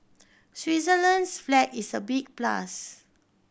Switzerland's flag is a big plus